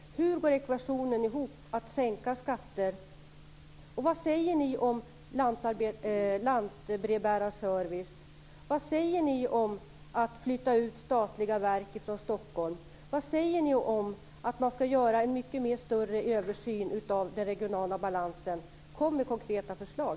Hur går det ihop med att sänka skatter? Vad säger ni om lantbrevbärarservicen? Vad säger ni om att flytta ut statliga verk från Stockholm? Vad säger ni om att man skall göra en mycket större översyn av den regionala balansen? Kom med konkreta förslag!